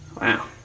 Wow